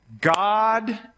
God